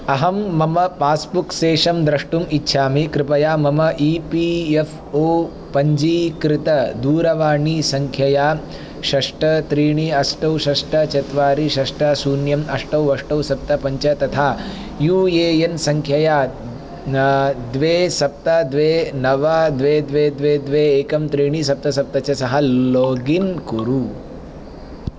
अहं मम पास्बुक् शेषं द्रष्टुम् इच्छामि कृपया मम ई पी एफ़् ओ पञ्जीकृतदूरवाणीसङ्ख्यया षष्ट त्रीणि अष्टौ षष्ट चत्वारि षष्ट शून्यम् अष्टौ अष्टौ सप्त पञ्च तथा यू ए एन् सङ्ख्यया द्वे सप्त द्वे नव द्वे द्वे द्वे द्वे एकं त्रीणि सप्त सप्त च सह लोगिन् कुरु